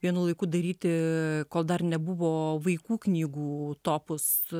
vienu laiku daryti kol dar nebuvo vaikų knygų topus